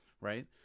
Right